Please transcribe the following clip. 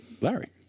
Larry